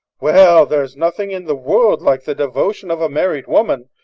well, there's nothing in the world like the devotion of a married woman.